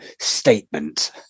statement